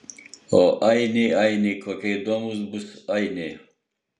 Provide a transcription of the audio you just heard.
o ainiai ainiai kokie įdomūs bus ainiai